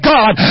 God